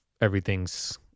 everything's